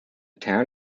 town